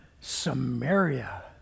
Samaria